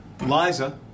Liza